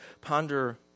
ponder